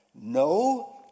no